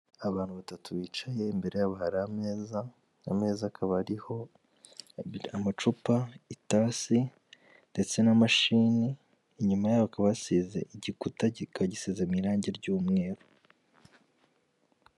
Abantu batatu bicaye, imbere yabo hari ameza, ameza akaba ariho amacupa, itasi ndetse na mashini, inyuma yaho igikuta kikaba gisize mu irangi ry'umweru.